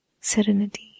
serenity